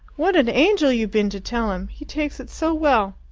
what an angel you've been to tell him! he takes it so well.